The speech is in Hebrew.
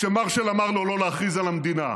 כשמרשל אמר לו לא להכריז על המדינה,